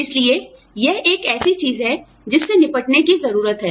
इसलिए यह एक ऐसी चीज है जिससे निपटने की जरूरत है